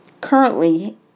currently